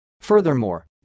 Furthermore